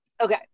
okay